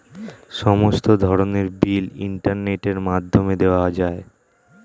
সমস্ত ধরনের বিল ইন্টারনেটের মাধ্যমে দেওয়া যায়